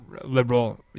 liberal